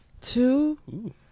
Two